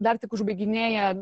dar tik užbaiginėja